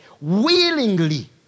willingly